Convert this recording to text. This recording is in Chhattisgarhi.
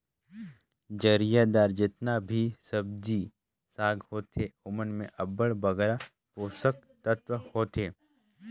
जरियादार जेतना भी सब्जी साग होथे ओमन में अब्बड़ बगरा पोसक तत्व होथे